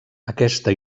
aquesta